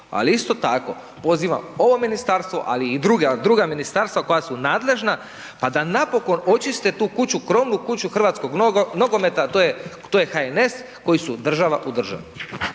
Ali isto tako pozivam ovo ministarstvo, ali i druga ministarstva koja su nadležna pa da napokon očiste tu kuću krovnu, kuću hrvatskog nogometa, a to je HNS koji su država u državi.